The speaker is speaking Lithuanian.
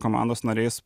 komandos nariais